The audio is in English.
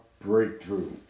breakthrough